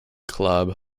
club